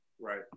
Right